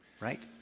right